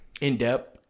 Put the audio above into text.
In-depth